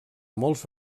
molts